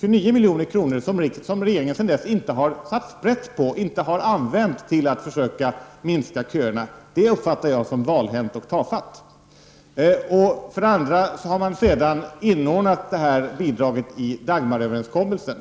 29 milj.kr. år 1987 som regeringen sedan dess inte har satt sprätt på och inte har använt till att försöka minska köerna. Det uppfattar jag som valhänt och tafatt. Detta bidrag har sedan inordnats i Dagmaröverenskommelsen.